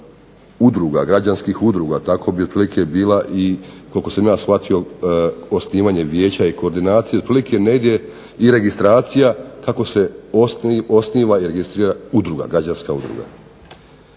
udruga, građanskih udruga. Tako bi otprilike bila i koliko sam ja shvatio osnivanje vijeća i koordinacije otprilike negdje i registracija kako se osniva i registrira udruga, građanska udruga.